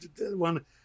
one